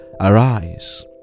arise